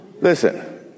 Listen